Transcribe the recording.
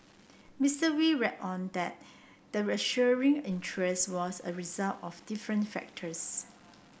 Mister Wee reckoned that the ensuing interest was a result of different factors